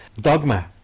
dogma